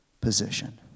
position